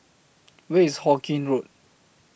Where IS Hawkinge Road